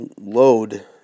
load